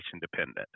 dependent